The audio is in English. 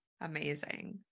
amazing